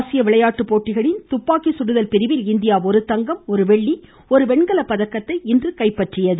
ஆசிய விளையாட்டுப்போட்டிகளில் துப்பாக்கி சுடுதல் பிரிவில் இந்தியா ஒரு தங்கம் ஒரு வெள்ளி ஒரு வெண்கலப்பதக்கத்தை இன்று கைப்பற்றியுள்ளது